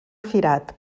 firat